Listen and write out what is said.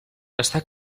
està